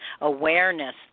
awareness